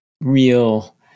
real